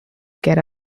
get